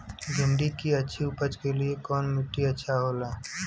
भिंडी की अच्छी उपज के लिए कवन मिट्टी अच्छा होला?